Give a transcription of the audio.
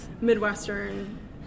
Midwestern